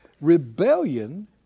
rebellion